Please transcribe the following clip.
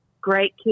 great